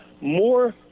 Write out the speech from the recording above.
More